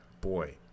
Boy